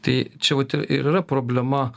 tai čia vat ir ir yra problema